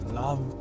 love